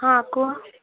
ହଁ କୁହ